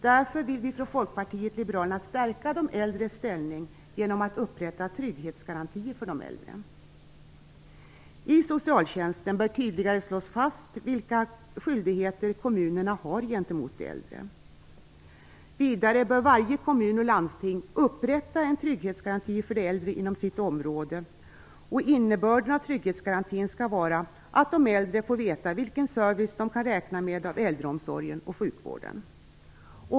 Därför vill vi från Folkpartiet liberalerna stärka de äldres ställning genom att upprätta trygghetsgarantier för de äldre. I socialtjänstlagen bör tydligare slås fast vilka skyldigheter kommunerna har gentemot de äldre. Vidare bör varje kommun och landsting upprätta en trygghetsgaranti för äldre inom sitt område. Innebörden av trygghetsgarantin skall vara att de äldre får veta vilken service de kan räkna med av äldreomsorgen och sjukvården.